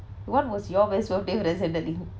what was your best birthday present darling